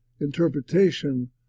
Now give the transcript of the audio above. interpretation